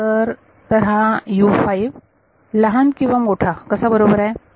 तर तर हा लहान किंवा मोठा कसा बरोबर आहे